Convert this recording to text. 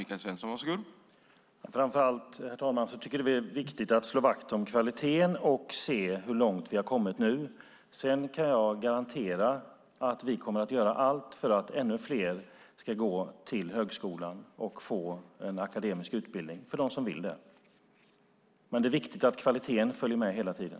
Herr talman! Framför allt tycker vi att det är viktigt att slå vakt om kvaliteten och se hur långt vi har kommit nu. Sedan kan jag garantera att vi kommer att göra allt för att ännu fler som vill det ska gå till högskolan och få en akademisk utbildning. Men det är viktigt att kvaliteten följer med hela tiden.